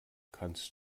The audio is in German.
kannst